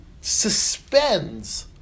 suspends